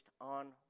on